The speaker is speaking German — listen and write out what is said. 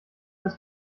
das